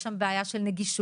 יש שם בעיה של נגישות,